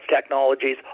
technologies